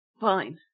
Fine